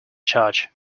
charge